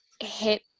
hit